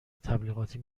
تبلیغاتی